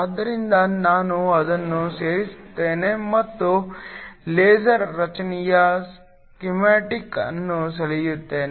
ಆದ್ದರಿಂದ ನಾನು ಅದನ್ನೂ ಸೇರಿಸುತ್ತೇನೆ ಮತ್ತು ಲೇಸರ್ ರಚನೆಯ ಸ್ಕೀಮ್ಯಾಟಿಕ್ ಅನ್ನು ಸೆಳೆಯುತ್ತೇನೆ